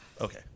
Okay